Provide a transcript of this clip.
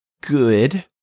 good